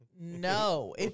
No